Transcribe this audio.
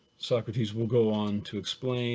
socrates will go on to explain